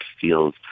feels